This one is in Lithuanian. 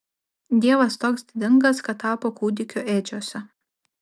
dievas toks didingas kad tapo kūdikiu ėdžiose